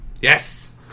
Yes